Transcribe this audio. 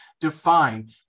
define